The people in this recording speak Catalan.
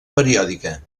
periòdica